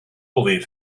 believe